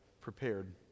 prepared